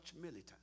militant